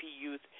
Youth